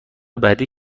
بعدی